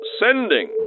sending